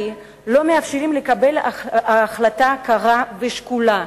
לא מאפשר להן לקבל החלטה קרה ושקולה,